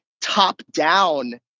top-down